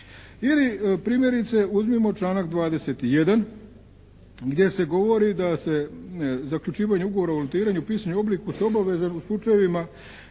Ili primjerice uzmimo članak 21. gdje se govori da se zaključivanje ugovora o volontiranju, pisani oblik … /Govornik se